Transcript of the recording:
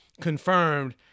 confirmed